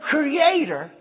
Creator